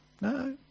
no